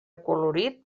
acolorit